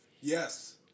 Yes